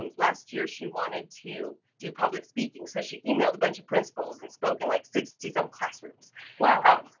um last year she wanted to do public speaking, so she emailed a bunch of principles and spoke in like sixty some classrooms. wow.